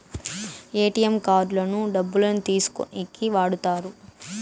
ATM కార్డులను డబ్బులు తీసుకోనీకి వాడుతారు